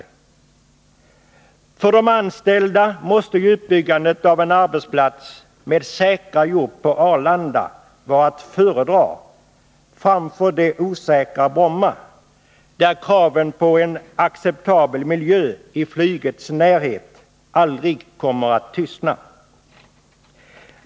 Och för de anställda måste uppbyggandet av en arbetsplats med säkra jobb på Arlanda vara att föredra framför det osäkra Bromma, där kraven på en acceptabel miljö i flygets närhet aldrig kommer att tystna.